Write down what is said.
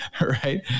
right